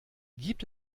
gibt